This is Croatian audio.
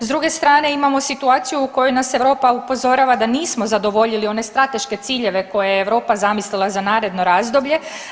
S druge strane imamo situaciju u kojoj nas Europa upozorava da nismo zadovoljili one strateške ciljeve koje je Europa zamislila za naredno razdoblje.